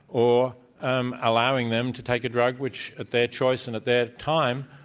or um allowing them to take a drug which, at their choice and at their time,